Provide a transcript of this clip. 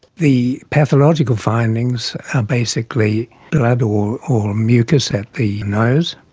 the pathological findings are basically blood or or mucus at the nose,